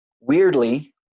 weirdly